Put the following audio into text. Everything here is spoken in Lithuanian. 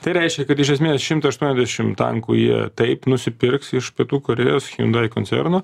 tai reiškia kad iš esmės šimtą aštuoniasdešimt tankų jie taip nusipirks iš pietų korėjos hijundai koncerno